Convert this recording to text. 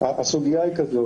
הסוגיה היא כזאת,